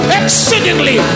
exceedingly